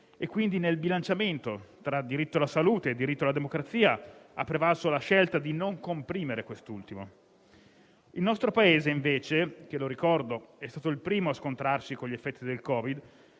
quindi nel bilanciamento tra diritto alla salute e diritto alla democrazia ha prevalso la scelta di non comprimere quest'ultimo. Il nostro Paese invece, che - lo ricordo - è stato il primo a scontrarsi con gli effetti del Covid,